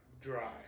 dry